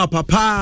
Papa